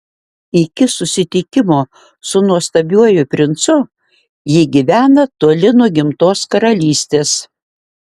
iki susitikimo su nuostabiuoju princu ji gyvena toli nuo gimtos karalystės